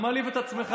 מה אתה חושב,